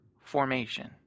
formation